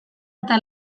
eta